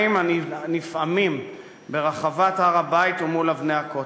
הנפעמים ברחבת הר-הבית ומול אבני הכותל.